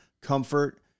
comfort